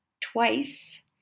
twice